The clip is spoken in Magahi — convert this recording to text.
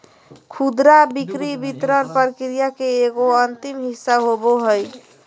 खुदरा बिक्री वितरण प्रक्रिया के एगो अंतिम हिस्सा होबो हइ